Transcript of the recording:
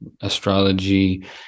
astrology